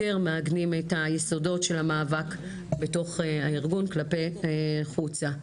מעגנים את היסודות של המאבק בתוך הארגון כלפי חוצה.